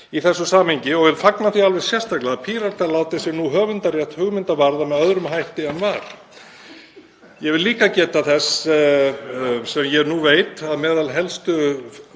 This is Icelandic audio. í þessu samhengi og vil fagna því alveg sérstaklega að Píratar láti sig nú höfundarétt hugmynda varða með öðrum hætti en var. Ég vil líka geta þess, sem ég nú veit, að meðal helstu